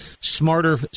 smarter